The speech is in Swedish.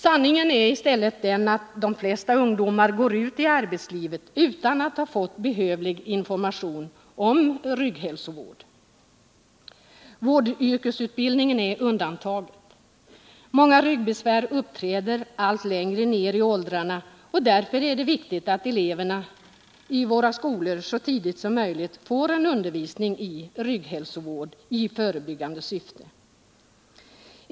Sanningen är i stället att de flesta ungdomar går ut i arbetslivet utan att ha fått erforderlig information om rygghälsovård. Vårdyrkesutbildningen undantas här. Ofta uppträder ryggbesvär hos ungdomar allt längre ner i åldrarna. Därför är det viktigt att eleverna i våra skolor så tidigt som möjligt får undervisning i rygghälsovård i förebyggande syfte.